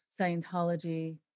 Scientology